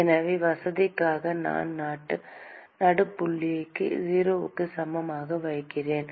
எனவே வசதிக்காக நான் நடுப்புள்ளியை 0க்கு சமமாக வரையறுக்கிறேன்